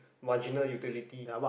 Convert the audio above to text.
marginal utility